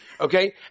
Okay